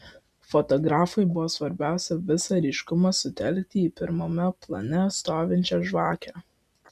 fotografui buvo svarbiausia visą ryškumą sutelkti į pirmame plane stovinčią žvakę